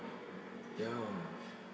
ya